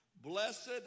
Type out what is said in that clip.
blessed